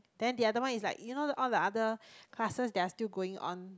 then the other one is like you know all the other classes that are still going on